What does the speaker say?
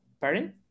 pardon